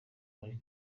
muri